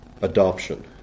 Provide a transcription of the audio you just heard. adoption